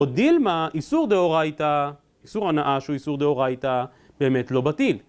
עוד דילמה, איסור דהורה הייתה, איסור הנאה שהוא איסור דהורה הייתה באמת לא בטיל.